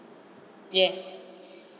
yes